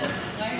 ניסים ואטורי?